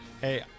Hey